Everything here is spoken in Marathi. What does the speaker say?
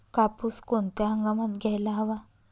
कापूस कोणत्या हंगामात घ्यायला हवा?